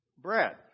bread